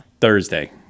Thursday